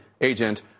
agent